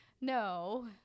No